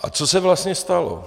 A co se vlastně stalo.